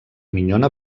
minyona